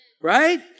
right